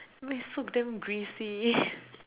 it's so damn greasy